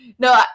No